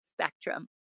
spectrum